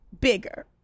bigger